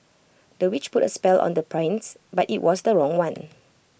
the witch put A spell on the prince but IT was the wrong one